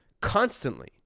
Constantly